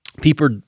People